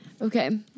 okay